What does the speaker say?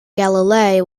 galilei